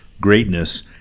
greatness